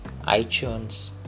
itunes